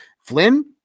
Flynn